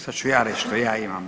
Sad ću ja reći što ja imam.